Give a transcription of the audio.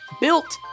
built